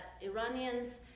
Iranians